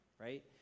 right